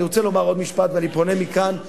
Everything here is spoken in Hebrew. אני רוצה לומר עוד משפט, ואני פונה מכאן אל